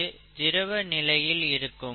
இது திரவ நிலையில் இருக்கும்